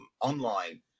online